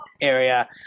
area